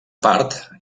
part